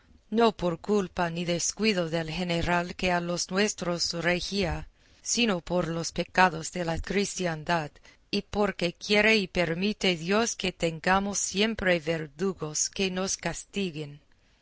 no por culpa ni descuido del general que a los nuestros regía sino por los pecados de la cristiandad y porque quiere y permite dios que tengamos siempre verdugos que nos castiguen